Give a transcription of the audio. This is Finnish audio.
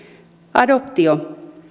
adoptio